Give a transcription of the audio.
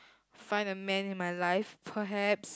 find a man in my life perhaps